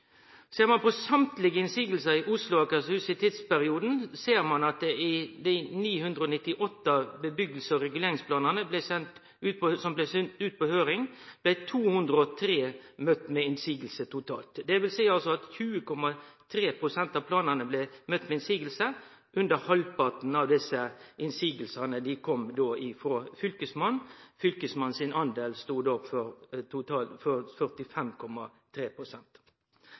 Ser ein på alle motsegner i Oslo og Akershus i tidsperioden, ser ein at av dei 998 byggje- og reguleringsplanane som blei sende ut på høyring, blei 203 møtt med motsegn totalt. Det vil altså seie at 20,3 pst. av planane blei møtt med motsegn. Under halvparten av desse motsegnene kom frå Fylkesmannen. Fylkesmannen sin del sto totalt for